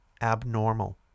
abnormal